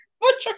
butcher